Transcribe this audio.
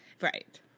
Right